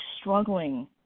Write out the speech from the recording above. struggling